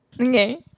Okay